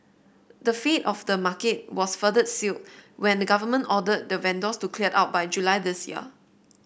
the fate of the market was further sealed when the government ordered the vendors to clear out by July this year